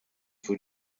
für